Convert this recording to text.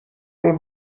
اون